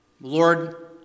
Lord